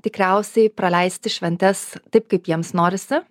tikriausiai praleisti šventes taip kaip jiems norisi